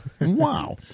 wow